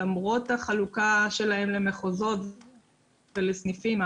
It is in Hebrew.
למרות החלוקה שלהם למחוזות ולסניפים,